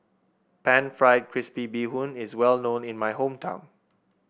pan fried crispy Bee Hoon is well known in my hometown